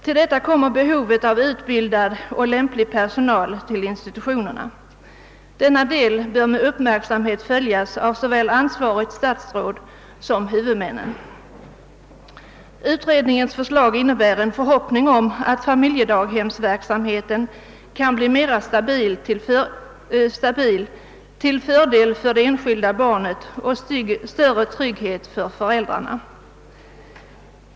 Till detta kommer behovet av utbildad och lämplig personal till institutionerna. Denna fråga bör med uppmärksamhet följas av såväl ansvarigt statsråd som huvudmän. Utredningens förslag ger hopp om att familjedaghemsverksamheten kan bli mera stabil till fördel för det enskilda barnet och till större trygghet för föräldrarna.